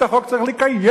"את החוק צריך לקיים",